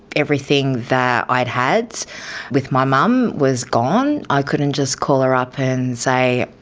everything that i'd had with my mum was gone. i couldn't just call her up and say,